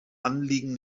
anliegen